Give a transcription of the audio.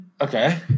Okay